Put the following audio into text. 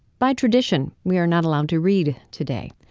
by tradition, we are not allowed to read today.